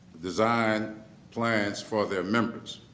design plans for their members.